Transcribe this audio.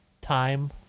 Time